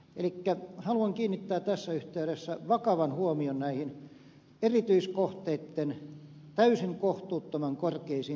elikkä haluan kiinnittää tässä vakavan huomion näihin erityiskohteitten täysin kohtuuttoman korkeisiin tuottovaatimuksiin